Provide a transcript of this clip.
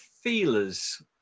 feelers